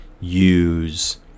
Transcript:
use